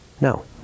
No